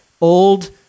old